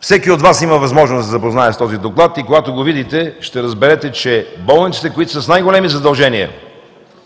Всеки от Вас има възможност да се запознае с този Доклад и когато го видите ще разберете, че болниците, които са с най-големи задължения